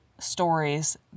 stories